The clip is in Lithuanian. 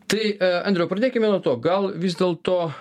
tai andriau pradėkime nuo to gal vis dėlto